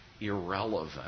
irrelevant